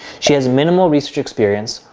she has minimal research experience,